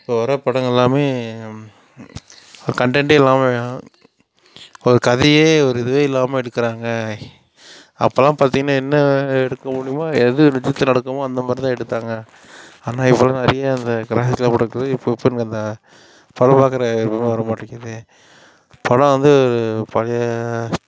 இப்போ வர படங்கலாம் கன்டென்ட்டே இல்லாமல் ஒரு கதையே ஒரு இதுவே இல்லாமல் எடுக்கிறாங்க அப்பலாம் பார்த்திங்கனா என்ன எடுக்க முடியுமோ எது நிஜத்தில் நடக்குமோ அந்தமாதிரிதான் எடுத்தாங்க ஆனால் இப்பலாம் நிறைய இந்த இப்போ இப்போ அந்த படம் பார்க்குற விருப்பமே வரமாட்டிங்கிறது படம் வந்து பழைய